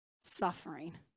Suffering